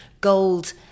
gold